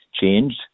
changed